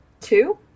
two